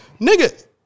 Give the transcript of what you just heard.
nigga